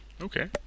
Okay